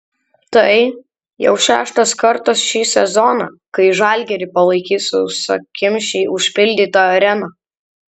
tai jau šeštas kartas šį sezoną kai žalgirį palaikys sausakimšai užpildyta arena